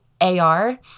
AR